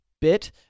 bit